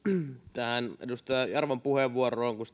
tähän edustaja jarvan puheenvuoroon kun